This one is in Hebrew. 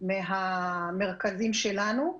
מהמרכזים שלנו.